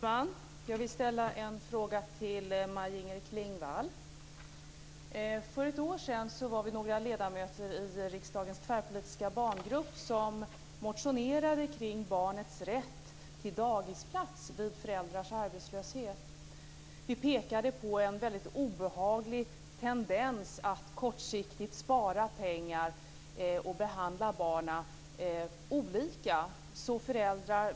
Fru talman! Jag vill ställa en fråga till Maj-Inger För ett år sedan var vi några ledamöter i riksdagens tvärpolitiska barngrupp som motionerade kring barnets rätt till dagisplats vid föräldrars arbetslöshet. Vi pekade på en mycket obehaglig tendens att kortsiktig spara pengar och behandla barnen olika.